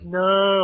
no